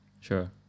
Sure